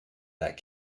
that